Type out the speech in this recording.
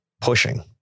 pushing